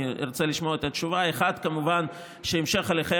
אני ארצה לשמוע את התשובה: 1. כמובן שהמשך הליכי